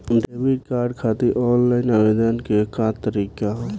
Debit card खातिर online आवेदन के का तरीकि ह?